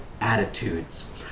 attitudes